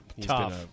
Tough